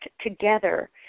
together